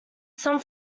some